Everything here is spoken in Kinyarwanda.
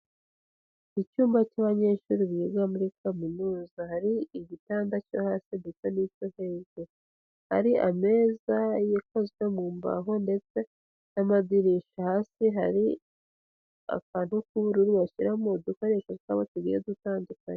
Icyumba cy'abanyeshuri biga muri kaminuza, hari igitanda cyo hasi ndetse n'icyo hejuri, hari ameza yakozwe mu mbaho ndetse n'amadirishya, hasi hari akantu k'ubururu bashyiramo udukoresho twabo tugiye dutandukanye.